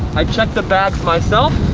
i checked the bats myself.